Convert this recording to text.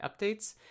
updates